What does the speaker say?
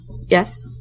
yes